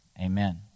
Amen